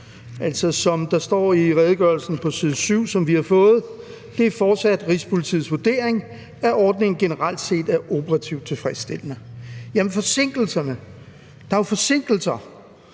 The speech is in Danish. side 7 i redegørelsen, som vi har fået, er det fortsat Rigspolitiets vurdering, at ordningen generelt set er operativt tilfredsstillende. Jamen hvad med forsinkelserne? Der er jo forsinkelser,